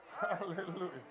Hallelujah